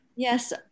Yes